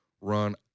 run